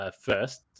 first